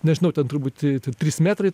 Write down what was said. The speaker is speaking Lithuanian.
nežinau turbūt tr trys metrai tu